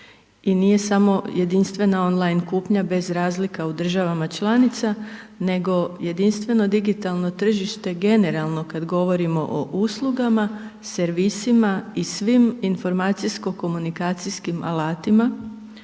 i nije samo jedinstvena on line kupnja bez razlika u državama članica, nego jedinstveno digitalno tržište generalno kad govorimo o uslugama, servisima i svim informacijsko-komunikacijskim alatima,